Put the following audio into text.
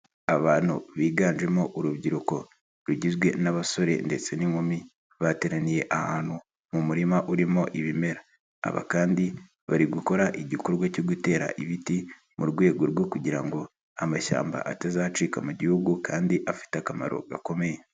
Abantu biganjemo urubyiruko rugizwe n'abasore ndetse n'inkumi bateraniye ahantu mu murima urimo ibimera, aba kandi bari gukora igikorwa cyo gutera ibiti mu rwego rwo kugira ngo amashyamba atazacika mu gihugu kandi afite akamaro gakomeye.